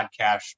podcast